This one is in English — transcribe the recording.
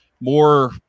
more